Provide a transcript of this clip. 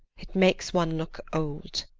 it makes one look old.